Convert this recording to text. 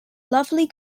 lovely